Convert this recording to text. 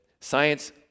science